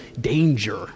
danger